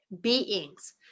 beings